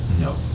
No